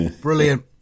Brilliant